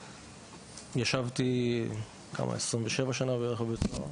ישבתי 27 שנים בבית הסוהר.